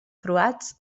croats